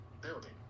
building